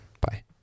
Bye